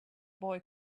boy